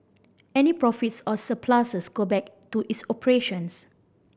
any profits or surpluses go back to its operations